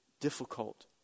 difficult